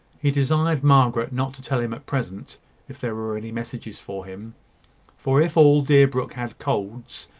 he desired margaret not to tell him at present if there were any messages for him for, if all deerbrook had colds,